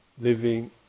living